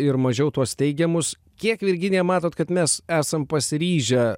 ir mažiau tuos teigiamus kiek virginija matote kad mes esam pasiryžę